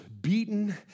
beaten